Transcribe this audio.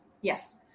Yes